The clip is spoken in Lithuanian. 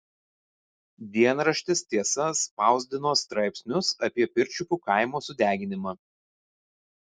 dienraštis tiesa spausdino straipsnius apie pirčiupių kaimo sudeginimą